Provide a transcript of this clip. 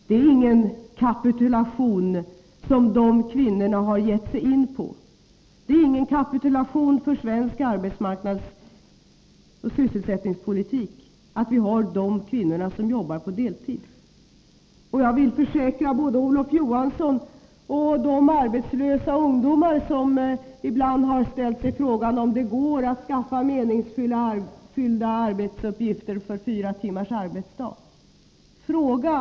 Det är ingen kapitulation dessa kvinnor har gjort. Det är ingen kapitulation för svensk arbetsmarknadsoch sysselsättningspolitik att dessa kvinnor jobbar på deltid. Jag vill försäkra både Olof Johansson och de arbetslösa ungdomar som ibland har ställt sig frågan om det går att skaffa meningsfyllda arbetsuppgifter för fyra timmars arbetsdag att det går.